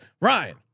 Ryan